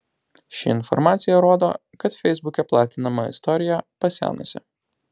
ši informacija rodo kad feisbuke platinama istorija pasenusi